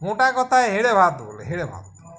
মোটা কথায় হেড়ে ভাত বলে হেড়ে ভাত